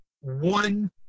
One